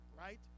right